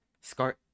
Scar